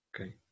Okay